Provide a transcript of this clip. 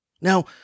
Now